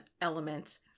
element